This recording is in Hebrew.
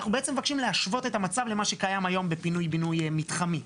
אנחנו בעצם מבקשים להשוות את המצב למה שקיים היום בפינוי בינוי מתחמי.